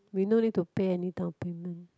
we no need to pay any downpayment